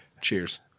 Cheers